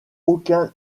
aucun